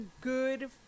good